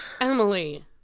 emily